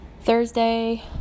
Thursday